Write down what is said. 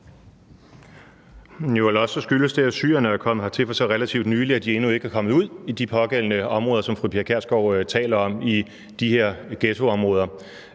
Jo, eller også skyldes det, at syrerne er kommet hertil så relativt for nylig, at de endnu ikke er kommet ud i de pågældende områder, som fru Pia Kjærsgaard taler om, altså i de her ghettoområder.